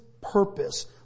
purpose